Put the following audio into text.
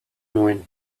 nuen